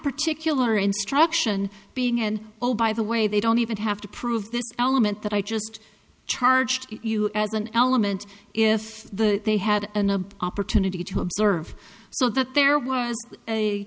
particular instruction being and oh by the way they don't even have to prove this element that i just charged you as an element if the they had a opportunity to observe so that there was a